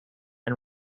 and